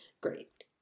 Great